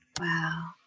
Wow